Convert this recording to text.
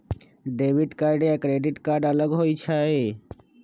Debit card या credit card अलग होईछ ई?